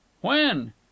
When